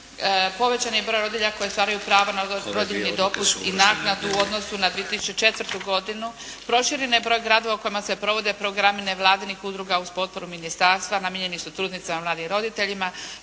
povećan je broj rodilja koji ostvaruju prava na rodiljni dopust i naknadu u odnosu na 2004. godinu, proširen je broj gradova u kojima se provodi programi nevladinih udruga uz potporu ministarstva, namijenjeni su trudnicama, mladim